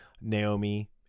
Naomi